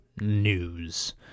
news